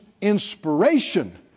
inspiration